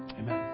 amen